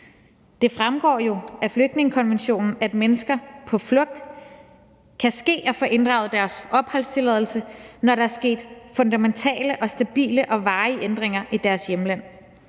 Det fremgår jo af flygtningekonventionen, at mennesker på flugt muligvis kan få inddraget deres opholdstilladelse, når der er sket fundamentale og stabile og varige ændringer i deres hjemland.